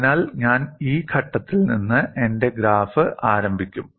അതിനാൽ ഞാൻ ഈ ഘട്ടത്തിൽ നിന്ന് എന്റെ ഗ്രാഫ് ആരംഭിക്കും